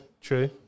true